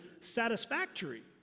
satisfactory